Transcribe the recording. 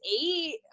eight